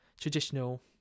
traditional